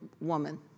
woman